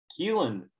Keelan